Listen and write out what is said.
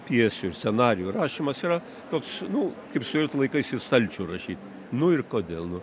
pjesių ir scenarijų rašymas yra toks nu kaip sovietų laikais į stalčių rašyt nu ir kodėl